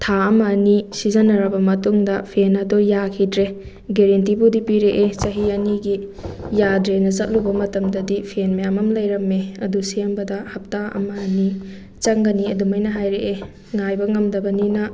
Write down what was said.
ꯊꯥ ꯑꯃ ꯑꯅꯤ ꯁꯤꯖꯟꯅꯔꯕ ꯃꯇꯨꯡꯗ ꯐꯦꯟ ꯑꯗꯣ ꯌꯥꯈꯤꯗ꯭ꯔꯦ ꯒꯦꯔꯦꯟꯇꯤꯕꯨꯗꯤ ꯄꯤꯔꯛꯑꯦ ꯆꯍꯤ ꯑꯅꯤꯒꯤ ꯌꯥꯗ꯭ꯔꯦꯅ ꯆꯠꯂꯨꯕ ꯃꯇꯝꯗꯗꯤ ꯐꯦꯟ ꯃꯌꯥꯝ ꯑꯝ ꯂꯩꯔꯝꯃꯦ ꯑꯗꯨ ꯁꯦꯝꯕꯗ ꯍꯞꯇꯥ ꯑꯃ ꯑꯅꯤ ꯆꯪꯒꯅꯤ ꯑꯗꯨꯃꯥꯥꯏꯅ ꯍꯥꯏꯔꯛꯑꯦ ꯉꯥꯏꯕ ꯉꯝꯗꯕꯅꯤꯅ